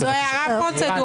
זו הערה פרוצדורלית.